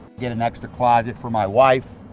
get an extra closet for my wife.